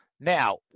Now